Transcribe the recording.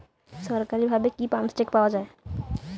সরকারিভাবে কি পাম্পসেট পাওয়া যায়?